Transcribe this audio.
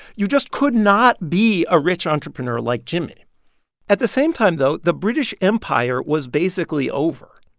you just could not be a rich entrepreneur like jimmy at the same time, though, the british empire was basically over.